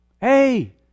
Hey